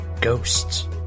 ghosts